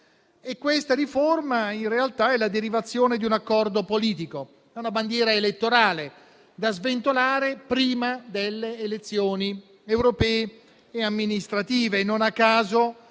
Questa riforma, in realtà, è la derivazione di un accordo politico, è una bandiera elettorale da sventolare prima delle elezioni europee e amministrative.